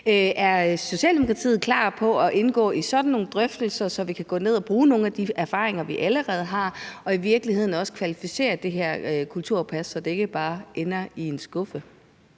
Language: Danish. Er Socialdemokratiet klar på at indgå i sådan nogle drøftelser, så vi kan bruge nogle af de erfaringer, vi allerede har, og i virkeligheden også kvalificere det her kulturpas, så det ikke bare ender i en skuffe?